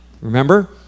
Remember